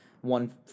one